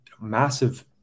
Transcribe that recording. massive